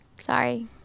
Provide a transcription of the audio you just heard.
sorry